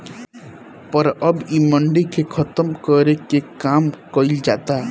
पर अब इ मंडी के खतम करे के काम कइल जाता